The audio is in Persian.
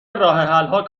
راهحلها